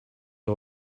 all